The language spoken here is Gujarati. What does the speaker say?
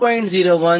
0195 20 0